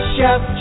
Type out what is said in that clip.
Chef